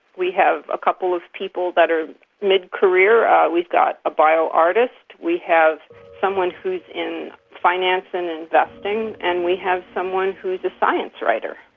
we have a couple of people that are mid-career we've got a bio-artist, we have someone who's in finance and investing, and we have someone who's a science writer.